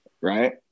Right